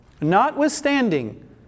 Notwithstanding